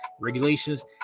regulations